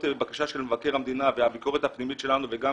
בקשה של מבקר המדינה והביקורת הפנימית שלנו וגם